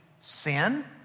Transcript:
sin